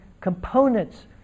components